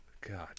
God